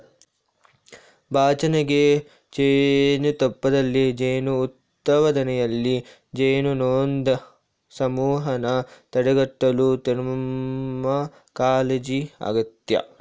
ಬಾಚಣಿಗೆ ಜೇನುತುಪ್ಪದಲ್ಲಿ ಜೇನು ಉತ್ಪಾದನೆಯಲ್ಲಿ, ಜೇನುನೊಣದ್ ಸಮೂಹನ ತಡೆಗಟ್ಟಲು ತೀವ್ರಕಾಳಜಿ ಅಗತ್ಯ